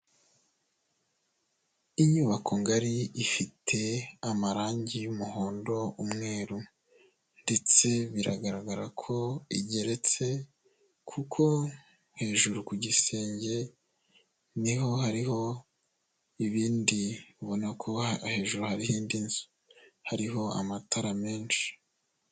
Inyubako ngari ifite amarangi y'umuhondo, umweru, ndetse biragaragara ko igeretse, kuko hejuru ku gisenge ni ho hariho ibindi, ubona ko hejuru hariho indi nzu, hariho amatara menshi.